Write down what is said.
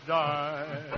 die